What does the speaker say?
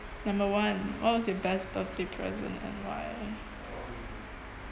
number one what was your best birthday present and why